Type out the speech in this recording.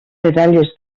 medalles